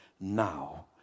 now